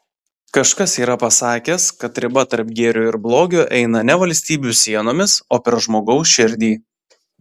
kažkas yra pasakęs kad riba tarp gėrio ir blogio eina ne valstybių sienomis o per žmogaus širdį